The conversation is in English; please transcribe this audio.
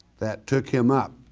that took him up.